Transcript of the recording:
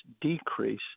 decrease